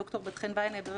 ד"ר בת חן וינהבר,